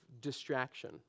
distraction